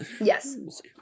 yes